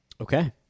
Okay